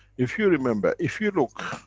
if you remember, if you look,